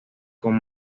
con